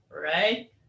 right